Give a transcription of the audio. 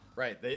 Right